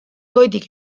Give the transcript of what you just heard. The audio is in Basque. goitik